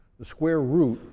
the square root